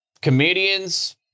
comedians